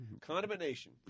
Condemnation